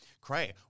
Cray